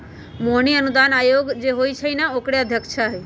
मोहिनी अनुदान आयोग जे होई छई न ओकरे अध्यक्षा हई